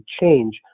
change